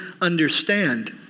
understand